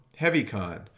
HeavyCon